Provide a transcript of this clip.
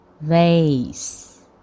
vase